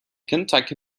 kentucky